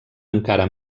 encara